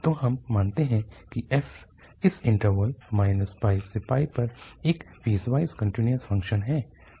तो हम मानते हैं कि f इस इन्टरवल पर एक पीसवाइस कन्टीन्यूअस फ़ंक्शन है